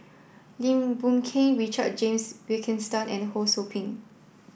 Lim Boon Keng Richard James Wilkinson and Ho Sou Ping